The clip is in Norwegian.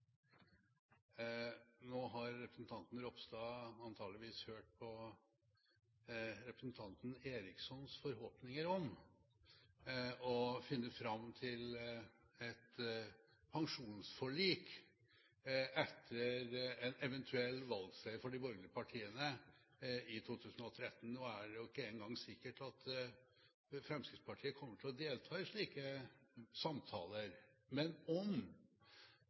forhåpninger om å finne fram til et pensjonsforlik etter en eventuell valgseier for de borgerlige partiene i 2013. Nå er det ikke engang sikkert at Fremskrittspartiet kommer til å delta i slike samtaler. Men om